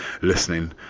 listening